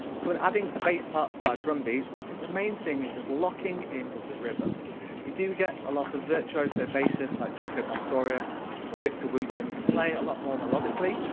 so in adding a bass part to our drumbeats i think the main thing is just locking in with the rhythm you do get a lot of virtuoso bassists like jaco pastorius or victor wooton who play a lot more melodically,